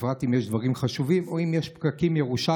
בפרט אם יש דברים חשובים או אם יש פקקים ירושלמיים.